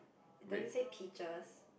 does it say peaches